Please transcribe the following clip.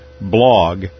blog